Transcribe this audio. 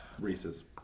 Reese's